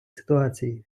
ситуації